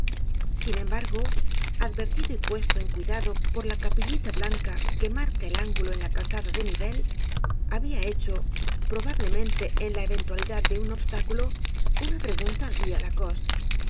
sin embargo advertido y puesto en cuidado por la capillita blanca que marca el ángulo en la calzada de nivelles habia hecho probablemente en la eventualidad de un obstáculo una pregunta al guia lacoste